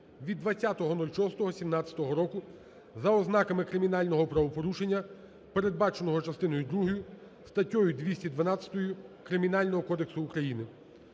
від 20.06.17 року за ознаками кримінального правопорушення, передбаченого частиною другою статтею 212 Кримінального кодексу України.